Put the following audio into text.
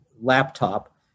laptop